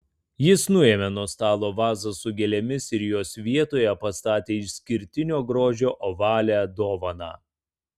jis nuėmė nuo stalo vazą su gėlėmis ir jos vietoje pastatė išskirtinio grožio ovalią dovaną